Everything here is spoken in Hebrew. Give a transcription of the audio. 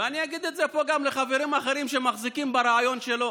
ואני אגיד את זה פה לחברים אחרים שמחזיקים ברעיון שלו.